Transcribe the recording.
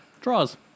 Draws